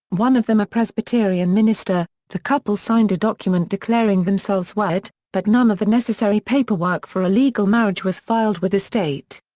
one of them a presbyterian minister, the couple signed a document declaring themselves wed, but none of the necessary paperwork for a legal marriage was filed with the state.